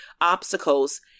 obstacles